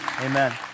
Amen